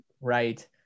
Right